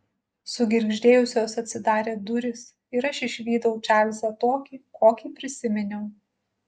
sugirgždėjusios atsidarė durys ir aš išvydau čarlzą tokį kokį prisiminiau